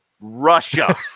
Russia